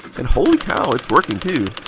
and holy cow, it's working too!